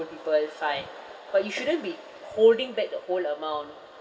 people fine but you shouldn't be holding back the whole amount